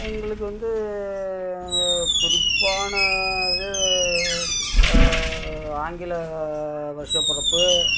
எங்களுக்கு வந்து குறிப்பான இது ஆங்கில வருஷ பிறப்பு